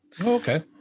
Okay